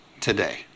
today